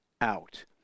out